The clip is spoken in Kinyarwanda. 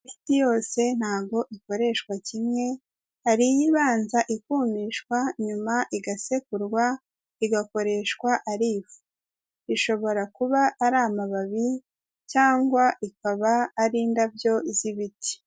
Imiti yose ntago ikoreshwa kimwe hari ibanza ikumishwa nyuma igasekurwa igakoreshwa ari ifu, ishobora kuba ari amababi cyangwa ikaba ari indabyo z'ibiti.